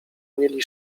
mieli